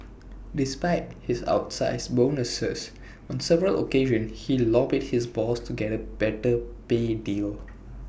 despite his outsize bonuses on several occasions he lobbied his boss to get A better pay deal